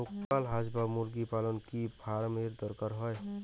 Local হাস বা মুরগি পালনে কি ফার্ম এর দরকার হয়?